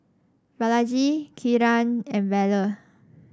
Balaji Kiran and Bellur